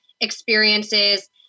experiences